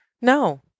No